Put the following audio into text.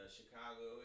Chicago